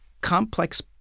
complex